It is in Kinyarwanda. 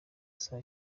saa